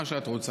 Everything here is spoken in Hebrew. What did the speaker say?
מה שאת רוצה.